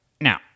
now